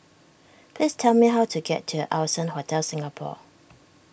please tell me how to get to Allson Hotel Singapore